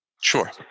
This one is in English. Sure